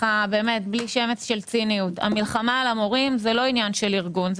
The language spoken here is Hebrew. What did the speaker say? בלי שמץ ציניות המלחמה על המורים זה לא עניין של ארגון.